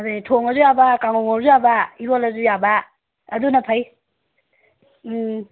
ꯑꯗꯨꯅꯤ ꯊꯣꯡꯑꯁꯨ ꯌꯥꯕ ꯀꯥꯡꯍꯧ ꯉꯧꯔꯁꯨ ꯌꯥꯕ ꯏꯔꯣꯜꯂꯁꯨ ꯌꯥꯕ ꯑꯗꯨꯅ ꯐꯩ ꯎꯝ